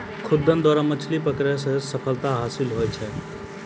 खुद्दन द्वारा मछली पकड़ै मे सफलता हासिल हुवै छै